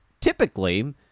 typically